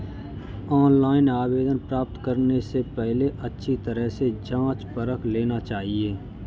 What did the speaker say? online आवेदन प्राप्त करने से पहले अच्छी तरह से जांच परख लेना चाहिए